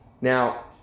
Now